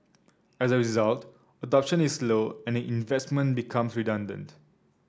as a result adoption is low and the investment becomes redundant